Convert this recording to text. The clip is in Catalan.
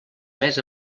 més